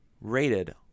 rated